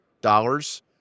dollars